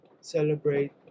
celebrate